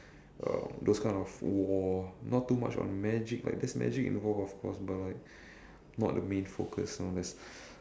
uh those kind of war not too much on magic like there is magic involved of course but like not the main focus you know there's